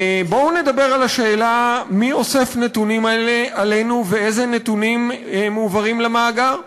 בואו נדבר על השאלה מי אוסף נתונים עלינו ואילו נתונים מועברים למאגר.